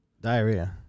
Diarrhea